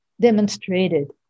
demonstrated